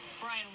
Brian